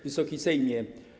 Wysoki Sejmie!